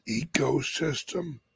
ecosystem